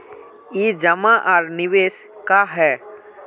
ई जमा आर निवेश का है?